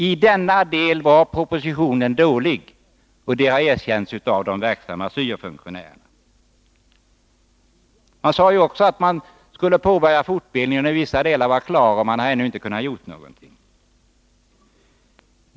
I denna del var propositionen dålig, och det har erkänts av de verksamma syo-funktionärerna. Man sade också att man skulle påbörja fortbildningen när vissa delar var klara, och man har ännu inte kunnat göra det.